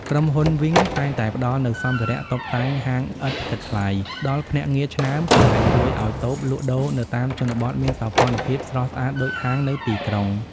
ក្រុមហ៊ុន វីង (Wing) តែងតែផ្ដល់នូវសម្ភារៈតុបតែងហាងឥតគិតថ្លៃដល់ភ្នាក់ងារឆ្នើម ដែលជួយឱ្យតូបលក់ដូរនៅតាមជនបទមានសោភ័ណភាពស្រស់ស្អាតដូចហាងនៅទីក្រុង។